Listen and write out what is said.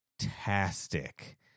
fantastic